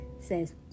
says